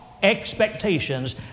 Expectations